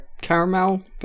caramel